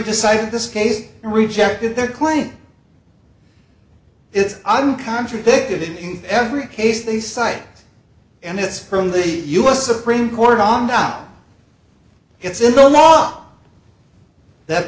decided this case and rejected their claim it's i'm contradicted in every case they cite and it's from the u s supreme court on down it's in the law that